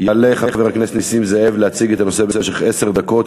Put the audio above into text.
יעלה חבר הכנסת נסים זאב להציג את הנושא במשך עשר דקות.